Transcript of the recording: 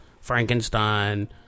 Frankenstein